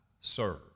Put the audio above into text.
serve